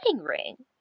ring